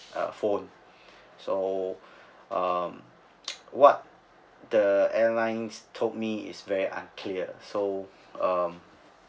uh phone so um what the uh the airline told me is very unclear so uh